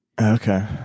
Okay